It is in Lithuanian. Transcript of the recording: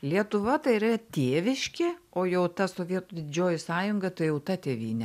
lietuva tai yra tėviškė o jau ta sovietų didžioji sąjunga tai jau ta tėvynė